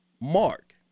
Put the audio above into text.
Mark